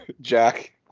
Jack